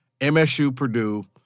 MSU-Purdue